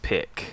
Pick